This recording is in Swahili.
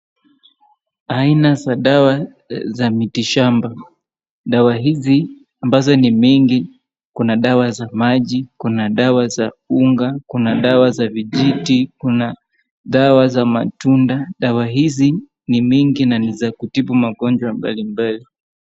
Aina za dawa za mitishamba, dawa hizi ambazo ni mingi kuna dawa za maji, kuna dawa za unga, kuna dawa za vijiti, kuna dawa za matunda. Dawa hizi ni mingi na ni za kutibu magonjwa mbalimbali.